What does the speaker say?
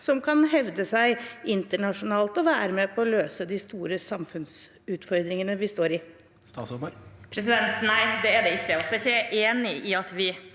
som kan hevde seg internasjonalt, og som kan være med på å løse de store samfunnsutfordringene vi står i.